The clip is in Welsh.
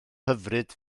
hyfryd